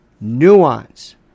nuance